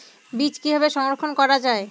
বীজ কিভাবে সংরক্ষণ করা যায়?